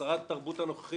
שרת התרבות הנוכחית,